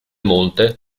monte